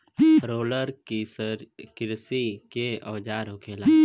roller किरसी के औजार होखेला